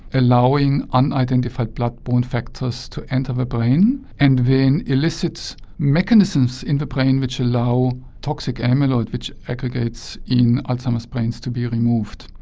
allowing unidentified blood-borne factors to enter the brain, and then elicit mechanisms in the brain which allow toxic amyloid, which aggregates in alzheimer's brains to be removed,